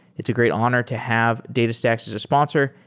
it's a great honor to have datastax as a sponsor,